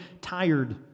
tired